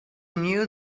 knew